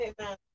Amen